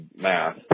math